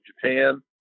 Japan